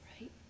Right